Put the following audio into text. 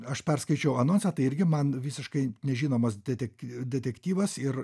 aš perskaičiau anonse tai irgi man visiškai nežinomas detek detektyvas ir